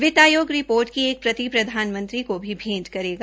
वित्त आयोग रिपोर्ट की एक प्रति प्रधानमंत्री को भी भेंट करेगा